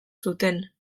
zuten